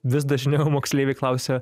vis dažniau moksleiviai klausia